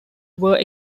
were